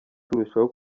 turushaho